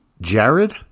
Jared